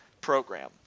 program